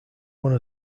one